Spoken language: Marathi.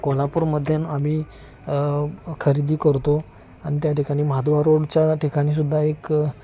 कोल्हापूरमधून आम्ही खरेदी करतो आणि त्या ठिकाणी महाद्वार रोडच्या ठिकाणीसुद्धा एक